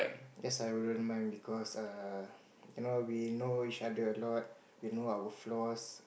yes I won't mind because err you know we know each other a lot we know our flaws